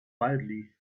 quietly